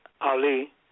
Ali